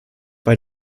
bei